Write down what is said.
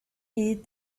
eat